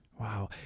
Wow